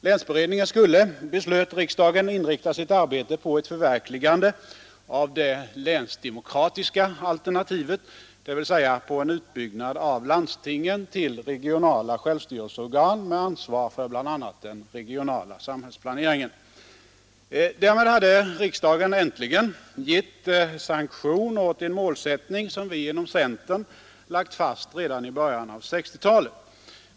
Länsberedningen skulle, beslöt riksdagen, inrikta sitt arbete på ett förverkligande av det länsdemokratiska alternativet, dvs. på en utbyggnad av landstingen till regionala självstyrelseorgan med ansvar för bl.a. den regionala samhällsplaneringen. Därmed hade riksdagen äntligen gett sanktion åt en målsättning som vi inom centern lade fast redan i början av 1960-talet.